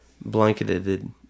blanketed